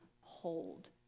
hold